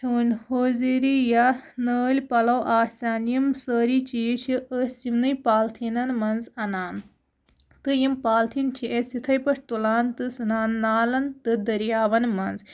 ہُند ہوزِری یا نٲلۍ پَلو آسان یِم سٲری چیٖز چھِ أسۍ یِمنٕے پالتھیٖنن منٛز اَنان تہٕ یِم پالتھیٖن چھِ أسۍ تِتھٕے پٲٹھۍ تُلان تہٕ ژھنان نالن تہٕ دٔریاون منٛز